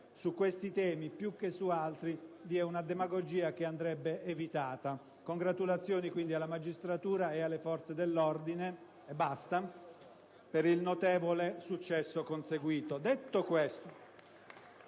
su questi temi, più che su altri vi è una demagogia che andrebbe evitata. Congratulazioni quindi alla magistratura e alle forze dell'ordine - e basta - per il notevole successo conseguito.